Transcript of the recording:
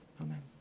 Amen